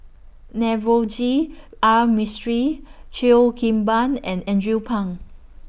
Navroji R Mistri Cheo Kim Ban and Andrew Phang